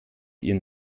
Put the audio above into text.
ihren